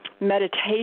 meditation